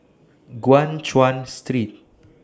Guan Chuan Street